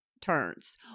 turns